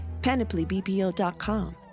panoplybpo.com